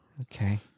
Okay